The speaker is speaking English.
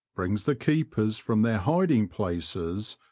brings the keepers from their hiding places,